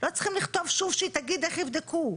לא צריכים לכתוב שוב שהיא תגיד איך יבדקו.